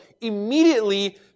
immediately